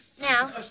Now